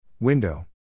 Window